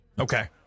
Okay